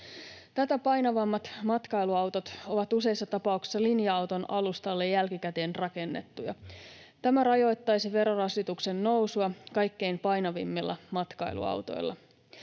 Tätä painavammat matkailuautot ovat useissa tapauksissa linja-auton alustalle jälkikäteen rakennettuja. Tämä rajoittaisi verorasituksen nousua kaikkein painavimmilla matkailuautoilla.